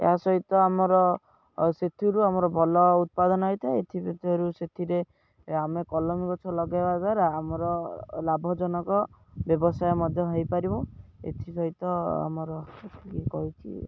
ଏହା ସହିତ ଆମର ସେଥିରୁ ଆମର ଭଲ ଉତ୍ପାଦନ ହୋଇଇଥାଏ ଏଥିରୁ ସେଥିରେ ଆମେ କଲମୀ ଗଛ ଲଗେଇବା ଦ୍ୱାରା ଆମର ଲାଭଜନକ ବ୍ୟବସାୟ ମଧ୍ୟ ହେଇପାରିବ ଏଥିସହିତ ଆମର ଏତିକି କହିକି